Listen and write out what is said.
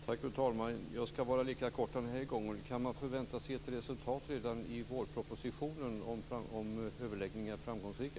Fru talman! Jag skall vara lika kortfattad den här gången. Kan man förvänta sig ett resultat redan i vårpropositionen om överläggningarna är framgångsrika?